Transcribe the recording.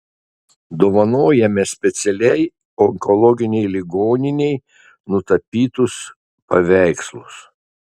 dovanojame specialiai onkologinei ligoninei nutapytus paveikslus